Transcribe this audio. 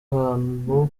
abantu